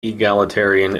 egalitarian